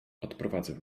odprowadzę